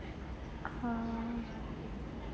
err